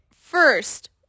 first